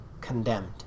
condemned